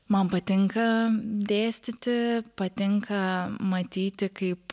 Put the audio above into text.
man patinka dėstyti patinka matyti kaip